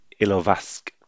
Ilovask